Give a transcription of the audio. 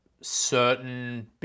certain